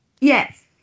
Yes